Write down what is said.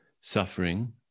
suffering